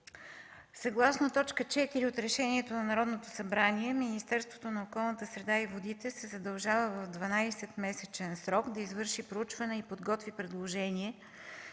съгласно т. 4 от Решението на Народното събрание Министерството на околната среда и водите се задължава в 12 месечен срок да извърши проучване и подготви предложение